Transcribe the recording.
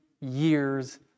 years